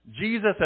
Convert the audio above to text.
Jesus